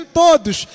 todos